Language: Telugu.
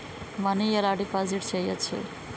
మనీ ఎలా డిపాజిట్ చేయచ్చు?